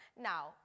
Now